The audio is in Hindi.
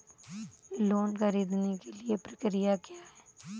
लोन ख़रीदने के लिए प्रक्रिया क्या है?